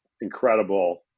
incredible